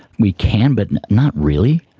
we can, but and not really.